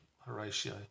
Horatio